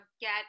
get